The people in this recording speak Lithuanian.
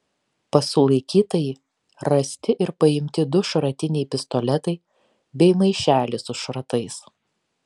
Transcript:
pas sulaikytąjį rasti ir paimti du šratiniai pistoletai bei maišelis su šratais